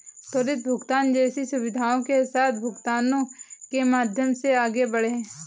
त्वरित भुगतान जैसी सुविधाओं के साथ भुगतानों के माध्यम से आगे बढ़ें